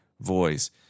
voice